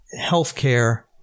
healthcare